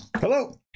hello